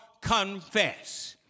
confess